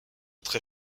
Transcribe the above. très